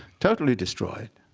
totally destroyed.